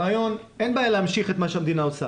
הרעיון, אין בעיה להמשיך את מה שהמדינה עושה